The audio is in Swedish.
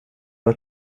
har